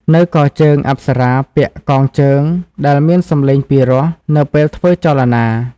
នៅកជើង អប្សរាពាក់ "កងជើង" ដែលមានសម្លេងពិរោះនៅពេលធ្វើចលនា។